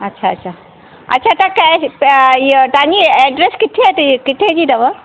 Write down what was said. अच्छा अच्छा अच्छा त कैश ताईं एड्रेस किथे थी किथे जी अथव